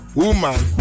Woman